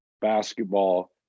basketball